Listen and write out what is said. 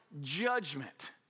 judgment